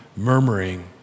Murmuring